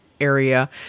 area